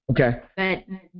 Okay